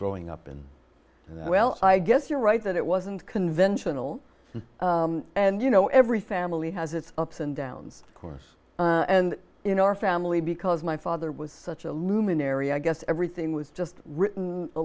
growing up in that well i guess you're right that it wasn't conventional and you know every family has its ups and downs of course and in our family because my father was such a luminary i guess everything was just written a